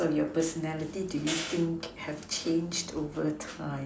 your personality do you think have changed overtime